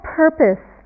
purpose